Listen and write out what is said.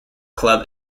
club